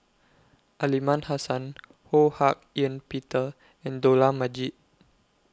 Aliman Hassan Ho Hak Ean Peter and Dollah Majid